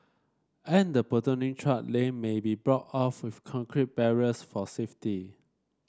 and the platooning truck lane may be blocked off with concrete barriers for safety